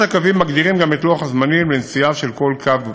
רישיונות הקווים מגדירים גם את לוח הזמנים והנסיעה של כל קו וקו.